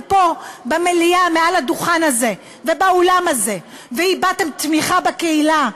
פה במליאה מעל הדוכן הזה ובאולם הזה והבעתם תמיכה בקהילה,